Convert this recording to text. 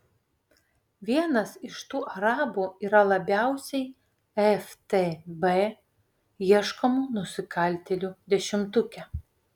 vienas iš tų arabų yra labiausiai ftb ieškomų nusikaltėlių dešimtuke